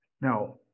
Now